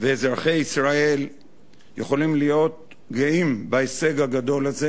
ואזרחי ישראל יכולים להיות גאים בהישג הגדול הזה,